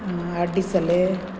आठ दीस जाले